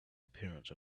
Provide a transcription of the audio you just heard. appearance